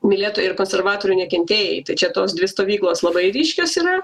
mylėtojai ir konservatorių nekentėjai tai čia tos dvi stovyklos labai ryškios yra